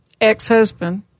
Ex-husband